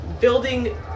building